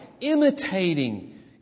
imitating